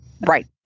Right